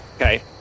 okay